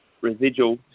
residual